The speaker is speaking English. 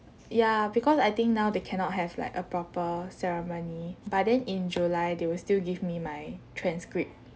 ya because I think now they cannot have like a proper ceremony but then in july they will still give me my transcript